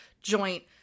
joint